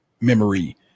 memory